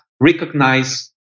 recognize